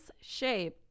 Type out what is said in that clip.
shape